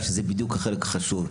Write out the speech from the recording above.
שזה בדיוק החלק החשוב.